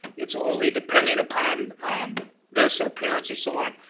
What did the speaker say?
it's only depending upon this or parents or so on,